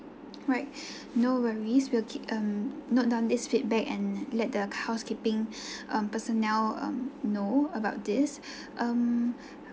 right no worries we'll keep um note done this feedback and let the housekeeping um personnel um know about this um